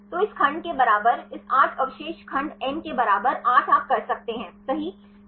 तो इस खंड के बराबर इस 8 अवशेष खंड n के बराबर 8 आप कर सकते हैं सही